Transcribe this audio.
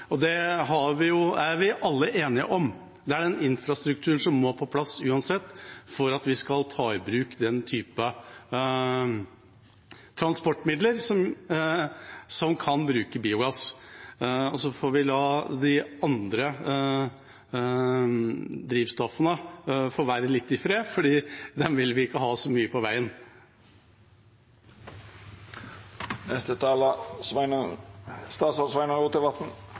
Det er vi alle enige om. Det er infrastrukturen som må på plass uansett for at vi skal kunne ta i bruk den typen transportmidler som kan bruke biogass. Og så får vi la de andre drivstoffene få være litt i fred, for dem vil vi ikke ha så mye av på